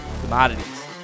Commodities